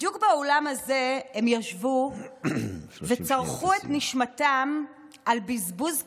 בדיוק באולם הזה הם ישבו וצרחו את נשמתם על בזבוז כספים,